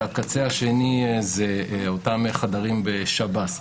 והקצה השני זה אותם חדרים בשב"ס.